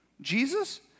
Jesus